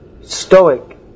stoic